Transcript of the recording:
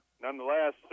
Nonetheless